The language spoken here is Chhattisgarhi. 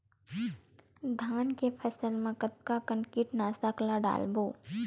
धान के फसल मा कतका कन कीटनाशक ला डलबो?